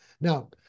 Now